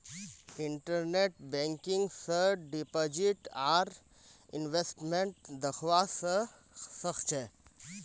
internet banking स deposit आर investment दख्वा स ख छ